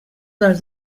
dels